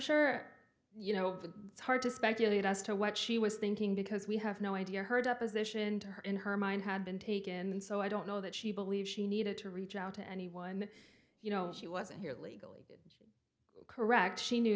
sure you know it's hard to speculate as to what she was thinking because we have no idea her deposition to her in her mind had been taken so i don't know that she believes she needed to reach out to anyone you know she wasn't here legally correct she knew